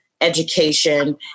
Education